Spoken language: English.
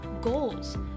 goals